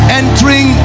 entering